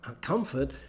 comfort